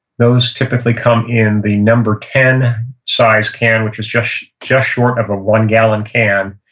those typically come in the number ten size can, which is just just short of a one-gallon can,